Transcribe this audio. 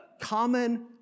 common